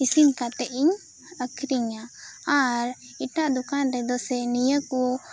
ᱤᱥᱤᱱ ᱠᱟᱛᱮᱫ ᱤᱧ ᱟᱹᱠᱷᱨᱤᱧᱟ ᱟᱨ ᱮᱴᱟᱜ ᱫᱚᱠᱟᱱ ᱨᱮᱫᱚ ᱥᱮ ᱱᱤᱭᱟᱹ ᱠᱚ